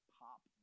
pop